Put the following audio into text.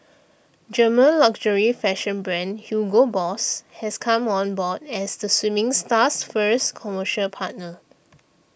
German luxury fashion brand Hugo Boss has come on board as the swimming star's first commercial partner